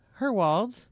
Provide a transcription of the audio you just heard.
Herwald